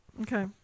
okay